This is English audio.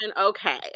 Okay